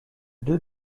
deux